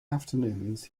afternoons